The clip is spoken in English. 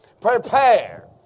Prepare